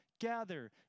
Gather